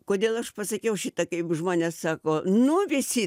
kodėl aš pasakiau šitą kaip žmonės sako nu visi